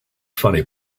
funny